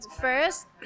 first